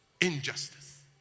Injustice